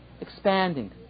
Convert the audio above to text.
expanding